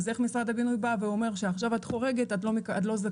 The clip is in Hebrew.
אז איך משרד הבינוי שעכשיו את חורגת את לא זכאית.